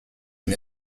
and